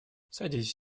садитесь